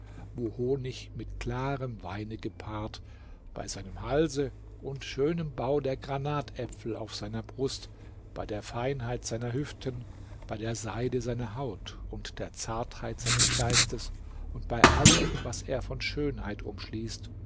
wo honig mit klarem weine gepaart bei seinem halse und schönem bau der granatäpfel auf seiner brust bei der feinheit seiner hüften bei der seide seiner haut und der zartheit seines geistes und bei allem was er von schönheit umschließt